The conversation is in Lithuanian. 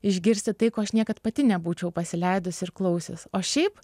išgirsti tai ko aš niekad pati nebūčiau pasileidusi ir klausius o šiaip